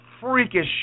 freakish